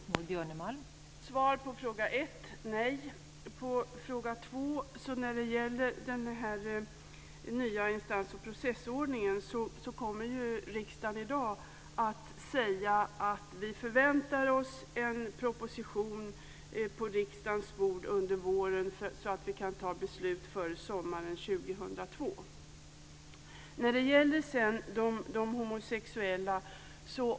Fru talman! Svar på fråga ett är nej. På fråga två vill jag säga att när det gäller den här nya instans och processordningen kommer riksdagen i dag att säga att vi förväntar oss en proposition på riksdagens bord under våren, så att vi kan fatta beslut före sommaren 2002.